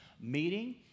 meeting